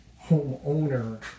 homeowner